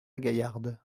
gaillarde